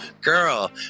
girl